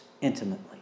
intimately